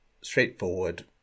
straightforward